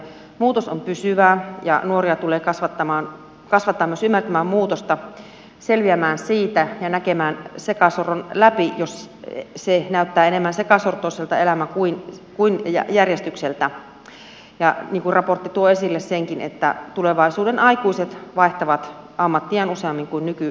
muutos on pysyvää ja nuoria tulee kasvattaa myös ymmärtämään muutosta selviämään siitä ja näkemään sekasorron läpi jos elämä näyttää enemmän sekasortoiselta kuin järjestykseltä niin kuin raportti tuo esille senkin että tulevaisuuden aikuiset vaihtavat ammattiaan useammin kuin nykysukupolvi